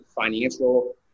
financial